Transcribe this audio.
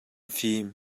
fim